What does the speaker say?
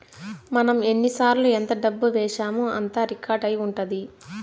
మనం ఎన్నిసార్లు ఎంత డబ్బు వేశామో అంతా రికార్డ్ అయి ఉంటది